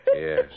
Yes